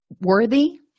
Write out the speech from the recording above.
worthy